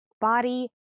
body